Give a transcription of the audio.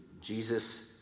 Jesus